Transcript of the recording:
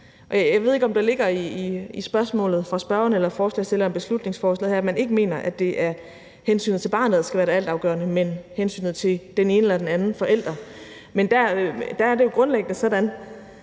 Jeg ved ikke, om der i spørgsmålet fra spørgeren ligger, at man ikke mener, at det er hensynet til barnet, der skal være det altafgørende, men hensynet til den ene eller den anden forælder. Der er det jo grundlæggende sådan,